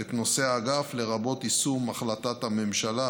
את נושא האגף, לרבות יישום החלטת הממשלה